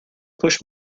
push